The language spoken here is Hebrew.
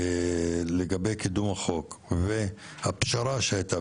לגבי קידום החוק והפשרה שהייתה,